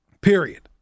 Period